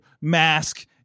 mask